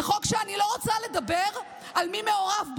זה חוק שאני לא רוצה לדבר על מי מעורב בו.